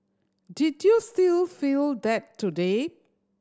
did you still feel that today